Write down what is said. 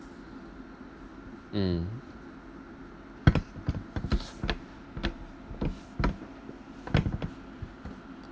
mm